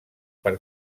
per